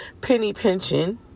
penny-pinching